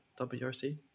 WRC